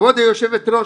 כבוד היושבת ראש,